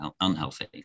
unhealthy